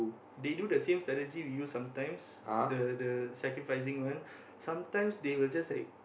they do the same strategy we use sometimes the the sacrificing one sometimes they will just like